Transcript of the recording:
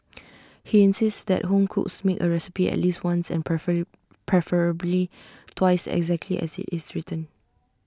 he insists that home cooks make A recipe at least once and preferably twice exactly as IT is written